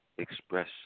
express